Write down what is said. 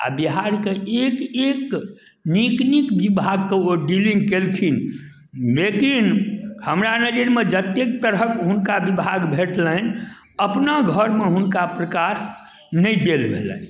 आ बिहार कऽ एक एक नीक नीक बिभाग कऽ ओ डीलिङ्ग केलखिन लेकिन हमरा नजरिमे जतेक तरहक हुनका बिभाग भेटलनि अपना घरमे हुनका प्रकाश नहि देल भेलनि